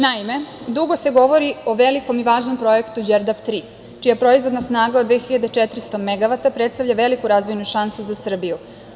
Naime, dugo se govori o velikom i važnom projektu „Đerdap 3“, čija proizvodna snaga od 2.400 megavata predstavlja veliku razvojnu šansu za Srbiju.